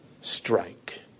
Strike